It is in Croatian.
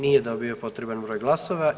Nije dobio potreban broj glasova.